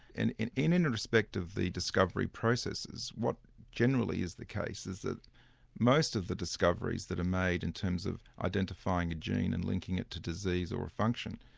and in in and respect of the discovery processes, what generally is the case is that most of the discoveries that are made in terms of identifying a gene and linking it to disease or function,